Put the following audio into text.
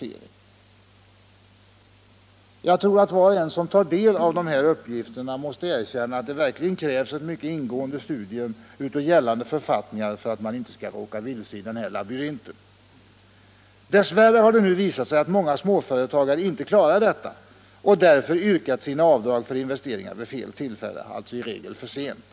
— Nr 68 Jag tror att var och en som tar del av dessa uppgifter måste erkänna Måndagen den att det verkligen krävs ett mycket ingående studium av gällande för 28 april 1975 fattningar för att man inte skall råka vilse i denna labyrint. Dess värre = har det nu visat sig att många småföretagare inte klarar detta och därför Om åtgärder för att yrkat avdrag för sina investeringar vid fel tidpunkt, dvs. i regel för sent.